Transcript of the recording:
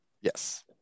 Yes